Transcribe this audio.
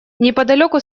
неподалеку